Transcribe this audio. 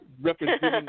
representing